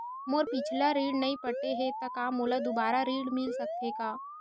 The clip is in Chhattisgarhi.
मोर पिछला ऋण नइ पटे हे त का मोला दुबारा ऋण मिल सकथे का?